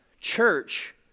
Church